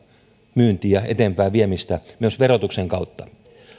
myyntiin eteenpäinviemiseen myös verotuksen kautta